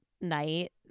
night